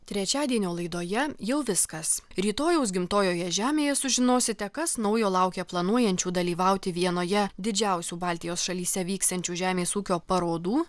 trečiadienio laidoje jau viskas rytojaus gimtojoje žemėje sužinosite kas naujo laukia planuojančių dalyvauti vienoje didžiausių baltijos šalyse vyksiančių žemės ūkio parodų